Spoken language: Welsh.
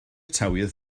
tywydd